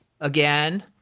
again